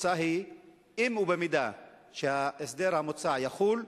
התוצאה היא שאם ההסדר המוצע יחול,